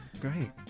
Great